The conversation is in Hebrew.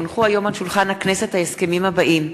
כי הונחו היום על שולחן הכנסת ההסכמים האלה: